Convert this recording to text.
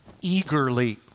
eagerly